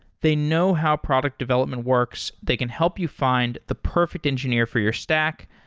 they know how product development works. they can help you find the perfect engineer for your stack,